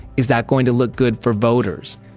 is that going to look good for voters?